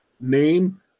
name